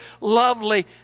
lovely